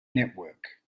network